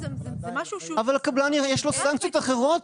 משהו --- אבל הקבלן יש לו סנקציות אחרות.